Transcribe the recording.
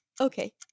okay